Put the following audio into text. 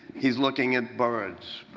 he's looking at birds.